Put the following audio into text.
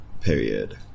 Period